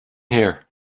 here